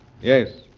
Yes